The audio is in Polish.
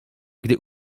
gdy